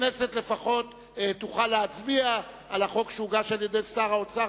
הכנסת לפחות תוכל להצביע על החוק שהוגש על-ידי שר האוצר